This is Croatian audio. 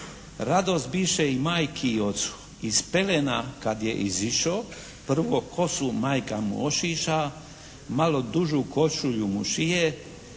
radost biše i majki i ocu. Iz pelena kad je izišo, prvo kosu majka mu ošiša, malo dužu košulju mu šije